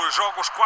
jogos